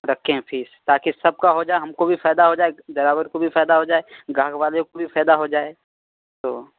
رکھیں ہیں فیس تاکہ سب کا ہو جائے ہم کو بھی فائدہ ہو جائے ڈرائیور کو بھی فائدہ ہو جائے گاہک والے کو بھی فائدہ ہو جائے تو